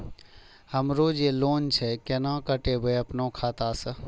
हमरो जे लोन छे केना कटेबे अपनो खाता से?